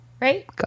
right